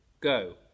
go